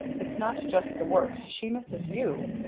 it's not just the work she misses you.